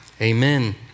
Amen